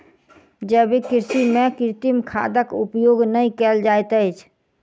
जैविक कृषि में कृत्रिम खादक उपयोग नै कयल जाइत अछि